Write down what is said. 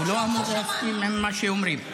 הוא לא אמור להסכים עם מה שאומרים.